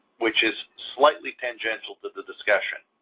which is slightly tangential to the discussion.